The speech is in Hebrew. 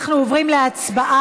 אנחנו עוברים להצבעה.